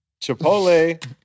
Chipotle